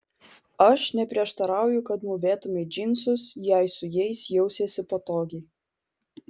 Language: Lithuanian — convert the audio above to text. aš neprieštarauju kad mūvėtumei džinsus jei su jais jausiesi patogiai